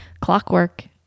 Clockwork